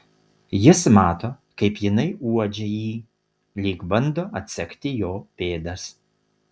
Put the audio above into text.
jis mato kaip jinai uodžia jį lyg bando atsekti jo pėdas